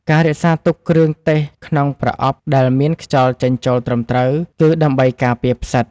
ការរក្សាទុកគ្រឿងទេសក្នុងប្រអប់ដែលមានខ្យល់ចេញចូលត្រឹមត្រូវ គឺដើម្បីការពារផ្សិត។